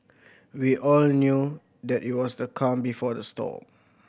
we all knew that it was the calm before the storm